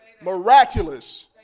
miraculous